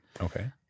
Okay